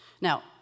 Now